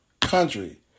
country